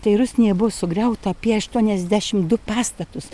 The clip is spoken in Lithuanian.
tai rusnėje buvo sugriauta apie aštuoniasdešimt du pastatus